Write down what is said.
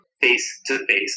face-to-face